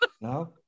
No